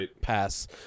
pass